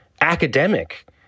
academic